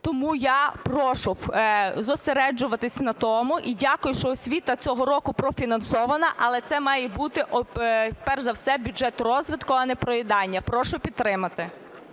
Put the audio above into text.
Тому я прошу зосереджуватись на тому, і дякую, що освіта цього року профінансована. Але це має бути перш за все бюджет розвитку, а не проїдання. Прошу підтримати.